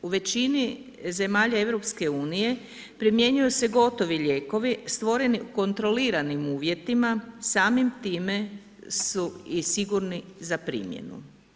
U većini zemalja EU primjenjuju se gotovi lijekovi stvoreni u kontroliranim uvjetima, samim time su i sigurni za primjenu.